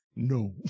no